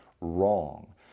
wrong